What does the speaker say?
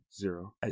Zero